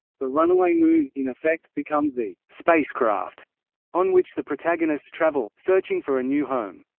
the runaway moon, in effect, becomes the spacecraft on which the protagonists travel, searching for a new home.